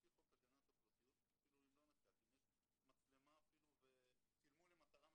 לפי חוק הגנת הפרטיות אם יש מצלמה וצילמו למטרה מסוימת,